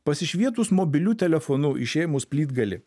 pasišvietus mobiliu telefonu išėmus plytgalį